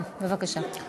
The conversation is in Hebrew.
כן, בבקשה.